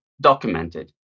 documented